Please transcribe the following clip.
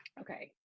okay